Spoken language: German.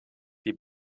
die